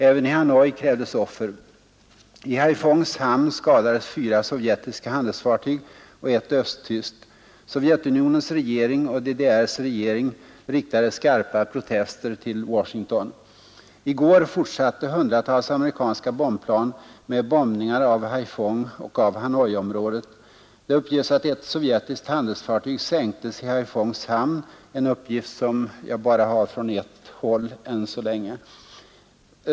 Även i Hanoi krävdes offer. I Haiphongs hamn skadades fyra sovjetiska handelsfartyg och ett östtyskt. Sovjetunionens regering och DDR:s regering riktade skarpa protester till Washington. I går fortsatte hundratals amerikanska bombplan med bombningar av Haiphong och av Hanoiområdet. Det uppges att ett sovjetiskt handelsfartyg sänktes i Haiphongs hamn — en uppgift som jag än så länge bara har från ett håll.